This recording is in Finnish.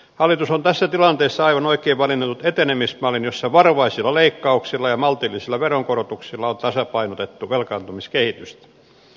hallitus on tässä tilanteessa aivan oikein valinnut etenemismallin jossa varovaisilla leikkauksilla ja maltillisilla veronkorotuksilla on tasapainotettu velkaantumiskehitystä